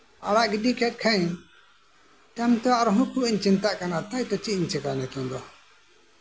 ᱟᱲᱟᱜ ᱜᱤᱰᱤ ᱠᱟᱜ ᱠᱷᱟᱱᱤᱧ ᱛᱟᱭᱚᱢᱛᱮ ᱟᱨᱦᱚᱧ ᱪᱤᱱᱛᱟᱹᱜ ᱠᱟᱱᱟ ᱪᱮᱫ ᱤᱧ ᱪᱤᱠᱟᱭᱟ ᱱᱤᱛᱚᱝ ᱫᱚ